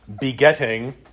Begetting